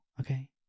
okay